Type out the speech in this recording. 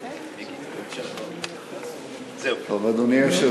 בבקשה, אדוני.